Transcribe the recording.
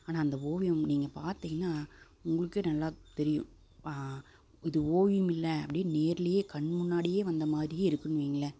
ஆனா அந்த ஓவியம் நீங்க பாத்தீங்கன்னா உங்களுக்கே நல்லா தெரியும் இது ஓவியம் இல்ல அப்டின்னு நேர்லியே கண்முன்னாடியே வந்தமாரியே இருக்குன்னு வைங்களேன்